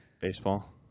Baseball